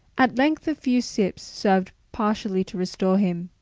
at length a few sips served partially to restore him.